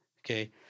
okay